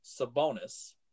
Sabonis